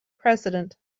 president